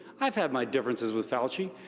i have had my differences with fauci.